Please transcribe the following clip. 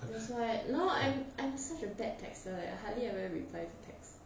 that's why no I'm I'm such a bad texture leh hardly ever reply to text